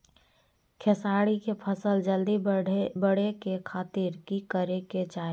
खेसारी के फसल जल्दी बड़े के खातिर की करे के चाही?